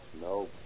No